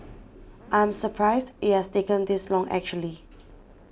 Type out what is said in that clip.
I am surprised it has taken this long actually